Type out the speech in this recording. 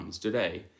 today